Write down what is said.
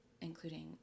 including